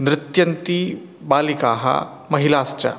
नृत्यन्ति बालिकाः महिलाश्च